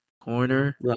corner